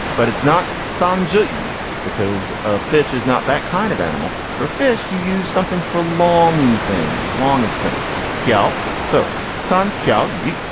but it's not sanju eat because a fish is not that kind of animal. for fish you use something for long. ye things longest things kill. so santoyo you.